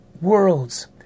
worlds